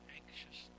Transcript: anxious